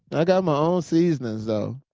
and got my own seasonings, though.